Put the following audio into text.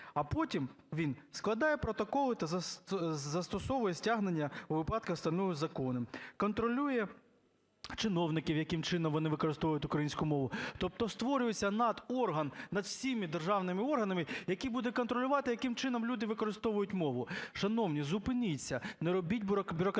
а потім він складає протоколи та застосовує стягнення у випадках встановлених законом, контролює чиновників, яким чином вони використовують українську мову, тобто створюється надорган над всіма державними органами, який буде контролювати, яким чином люди використовують мову. Шановні, зупиніться, не робіть бюрократичний